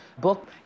book